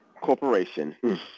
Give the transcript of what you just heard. Corporation